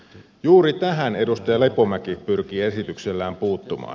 juuri tähän edustaja lepomäki pyrkii esityksellään puuttumaan